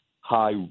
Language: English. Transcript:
high